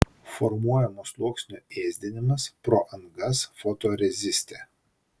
formuojamo sluoksnio ėsdinimas pro angas fotoreziste